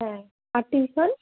হ্যাঁ আর টিউশান